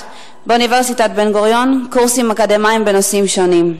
באוניברסיטת בן-גוריון קורסים אקדמיים בנושאים שונים.